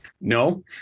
no